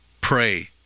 pray